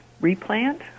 replant